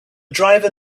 driver